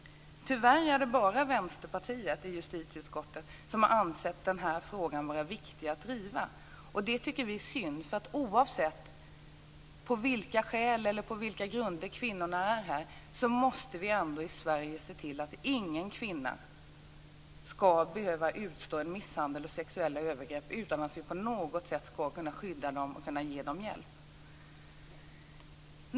Tyvärr är det bara Vänsterpartiet i justitieutskottet som har ansett denna fråga vara viktig att driva. Det tycker vi är synd, därför att oavsett på vilka grunder som dessa kvinnor är här så måste vi ändå i Sverige se till att ingen kvinna ska behöva utstå misshandel och sexuella övergrepp utan att vi på något sätt ska kunna skydda dem och kunna ge dem hjälp.